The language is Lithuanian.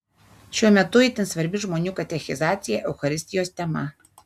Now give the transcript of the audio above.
šiuo metu itin svarbi žmonių katechizacija eucharistijos tema